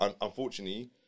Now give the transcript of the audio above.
unfortunately